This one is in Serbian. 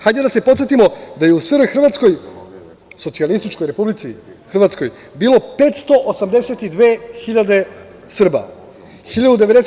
Hajde da se podsetimo da je u SR Hrvatskoj, Socijalističkoj Republici Hrvatskoj bilo 582 hiljade Srba.